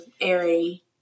airy